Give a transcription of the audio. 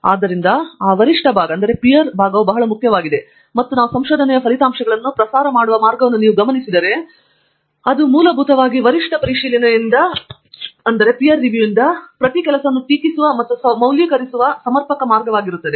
ಆದ್ದರಿಂದ ಆ ವರಿಷ್ಠ ಭಾಗವು ಬಹಳ ಮುಖ್ಯವಾಗಿದೆ ಮತ್ತು ನಾವು ಸಂಶೋಧನೆಯ ಫಲಿತಾಂಶಗಳನ್ನು ಪ್ರಸಾರ ಮಾಡುವ ಮಾರ್ಗವನ್ನು ನೀವು ಗಮನಿಸಿದರೆ ಅದು ಮೂಲಭೂತವಾಗಿ ವರಿಷ್ಠ ಪರಿಶೀಲನೆಯಿಂದ ಮತ್ತು ನಂತರ ಪ್ರತಿ ಕೆಲಸವನ್ನು ಟೀಕಿಸುವ ಮತ್ತು ಮೌಲ್ಯೀಕರಿಸುವ ಮತ್ತು ಸಮರ್ಪಕವಾಗಿರುತ್ತದೆ